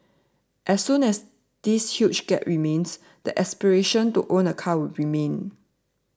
as long as this huge gap remains the aspiration to own a car will remain